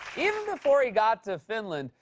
even before he got to finland,